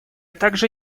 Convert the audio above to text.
также